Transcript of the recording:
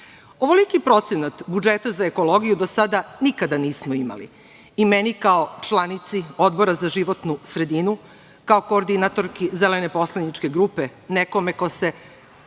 dinara. Ovoliki procenat budžeta za ekologiju do sada nikada nismo imali i meni kao članici Odbora za životnu sredinu, kao koordinatorki Zelene poslaničke grupe, nekome ko se